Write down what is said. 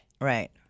Right